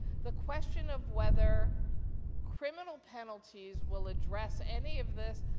the question of whether criminal penalties will address any of this,